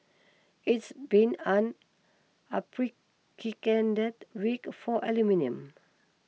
it's been an unprecedented week for aluminium